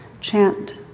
chant